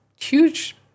huge